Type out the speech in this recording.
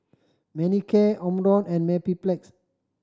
Manicare Omron and Mepilex